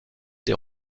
des